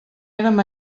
érem